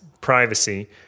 privacy